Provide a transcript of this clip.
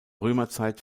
römerzeit